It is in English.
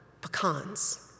pecans